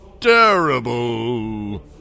terrible